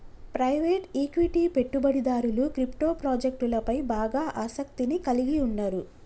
private equity పెట్టుబడిదారులు క్రిప్టో ప్రాజెక్టులపై బాగా ఆసక్తిని కలిగి ఉన్నరు